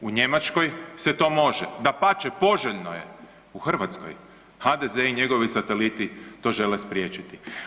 U Njemačkoj se to može, dapače poželjno je, u Hrvatskoj HDZ i njegovi sateliti to žele spriječiti.